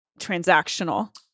transactional